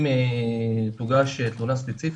אם תוגש תלונה ספציפית,